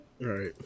Right